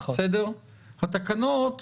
התקנות,